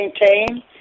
maintain